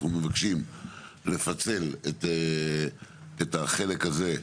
אנחנו מבקשים לפצל את החלק הזה,